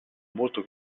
molto